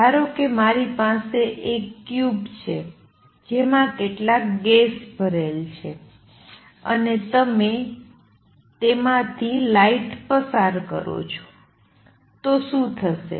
ધારો કે મારી પાસે એક ક્યુબ છે જેમાં કેટલાક ગેસ ભરેલ છે અને તમે તેમાથી લાઇટ પસાર કરો છો તો શું થશે